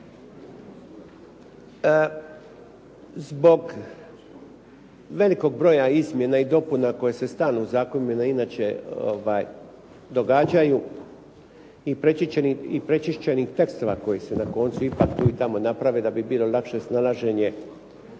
Zbog velikog broja izmjena i dopuna koje se stalno u zakonima inače događaju i pročišćenih tekstova koji se na koncu ipak tu i tamo naprave da bi bilo lakše snalaženje